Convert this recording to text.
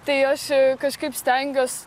tai aš kažkaip stengiuos